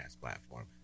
platform